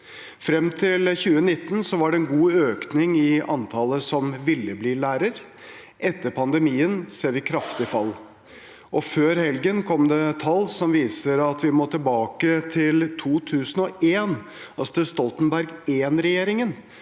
Frem til 2019 var det en god økning i antallet som ville bli lærer. Etter pandemien ser vi et kraftig fall, og før helgen kom det tall som viser at vi må tilbake til 2001, altså til Stoltenberg I-regjeringen,